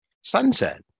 Sunset